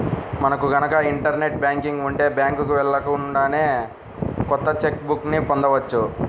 మనకు గనక internet banking ఉంటే బ్యాంకుకి వెళ్ళకుండానే కొత్త చెక్ బుక్ ని పొందవచ్చు